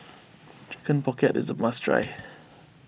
Chicken Pocket is a must try